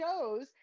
shows